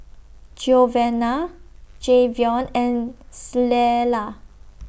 Giovanna Jayvion and Clella